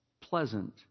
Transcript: pleasant